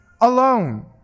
alone